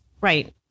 Right